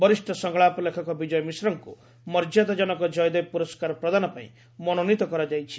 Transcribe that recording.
ବରିଷ୍ଡ ସଂଳାପ ଲେଖକ ବିଜୟ ମିଶ୍ରଙ୍ଙ ମର୍ଯ୍ୟାଦାଜନକ ଜୟଦେବ ପୁରସ୍କାର ପ୍ରଦାନ ପାଇଁ ମନୋନୀତ କରାଯାଇଛି